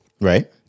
Right